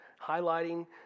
highlighting